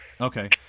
Okay